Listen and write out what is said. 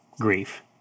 grief